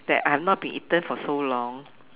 that I have not been eaten for so long